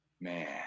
man